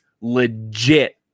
legit